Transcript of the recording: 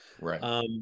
right